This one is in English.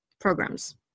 programs